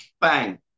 Bang